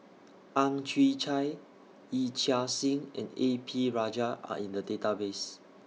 Ang Chwee Chai Yee Chia Hsing and A P Rajah Are in The Database